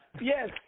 Yes